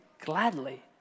gladly